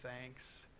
thanks